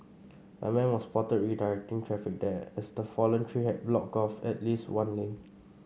a man was spotted redirecting traffic there as the fallen tree had blocked off at least one lane